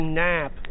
nap